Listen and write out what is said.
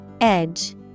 Edge